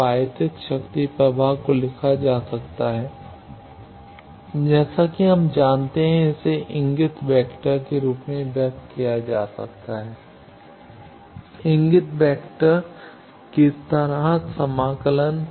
अब आयातित शक्ति प्रवाह को लिखा जा सकता है जैसा कि हम जानते हैं इसे इंगित वेक्टर के रूप में व्यक्त किया जा सकता है इंगित वेक्टर की सतह समाकलन